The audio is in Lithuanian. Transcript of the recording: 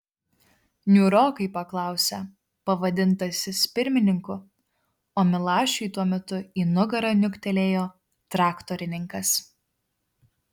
niūrokai paklausė pavadintasis pirmininku o milašiui tuo metu į nugarą niuktelėjo traktorininkas